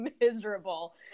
miserable